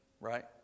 right